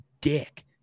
dick